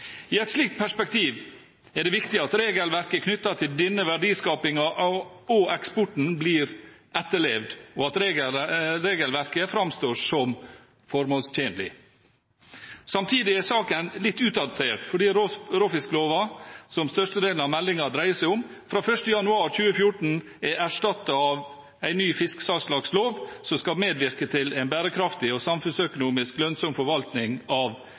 I et slikt perspektiv er det viktig at regelverket knyttet til denne verdiskapingen og eksporten blir etterlevd, og at regelverket framstår som formålstjenlig. Samtidig er saken litt utdatert fordi råfiskloven, som størstedelen av meldingen dreier seg om, fra 1. januar 2014 er erstattet av en ny fiskesalgslagslov, som skal medvirke til en bærekraftig og samfunnsøkonomisk lønnsom forvaltning av